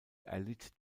erlitt